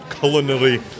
culinary